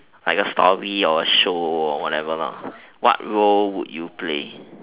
like a story or a show or whatever what role would you play